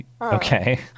Okay